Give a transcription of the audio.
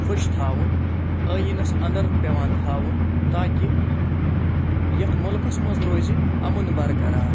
خۄش تھاوُن عٲیٖنَس انٛدَر پٮ۪وان تھاوُن تاکہِ یَتھ مُلکَس منٛز روزِ اَمُن برقرار